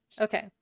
Okay